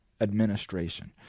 administration